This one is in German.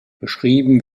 beschrieben